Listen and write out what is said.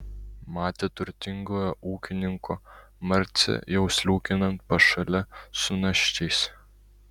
matė turtingojo ūkininko marcę jau sliūkinant pašale su naščiais